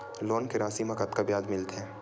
Loan के राशि मा कतका ब्याज मिलथे?